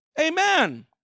amen